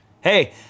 Hey